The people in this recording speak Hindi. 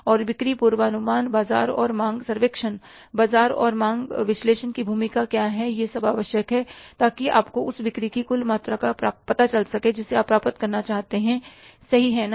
और बिक्री पूर्वानुमान बाजार और मांग सर्वेक्षण बाजार और मांग विश्लेषण की भूमिका क्या है यह सब आवश्यक है ताकि आपको उस बिक्री की कुल मात्रा का पता चल सके जिसे आप प्राप्त करना चाहते हैंसही है ना